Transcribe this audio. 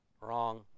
Wrong